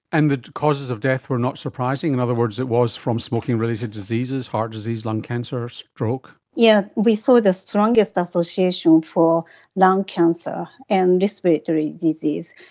and the causes of death were not surprising? in other words, it was from smoking-related diseases, heart disease, lung cancer, stroke? yes, yeah we saw the strongest association for lung cancer and respiratory disease,